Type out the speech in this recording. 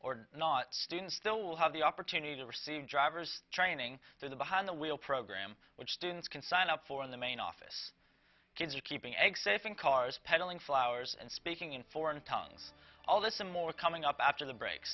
or not students still will have the opportunity to receive driver's training there's a behind the wheel program which students can sign up for in the main office kids are keeping eggs safe in cars pedaling flowers and speaking in foreign tongues all this and more coming up after the break